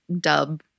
dub